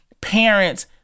parents